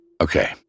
Okay